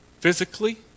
physically